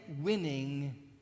winning